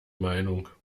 meinung